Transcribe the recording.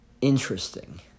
Interesting